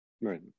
Right